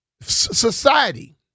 Society